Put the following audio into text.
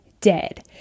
dead